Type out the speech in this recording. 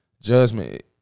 judgment